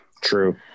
True